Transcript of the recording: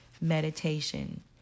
meditation